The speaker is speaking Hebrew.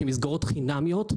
שהן מסגרות חינמיות,